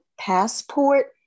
passport